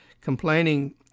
complaining